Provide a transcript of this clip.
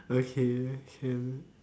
okay okay